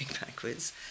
backwards